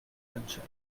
cancello